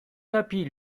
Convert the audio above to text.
tapis